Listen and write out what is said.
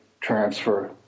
transfer